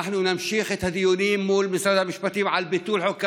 אנחנו נמשיך את הדיונים מול משרד המשפטים על ביטול חוק קמיניץ,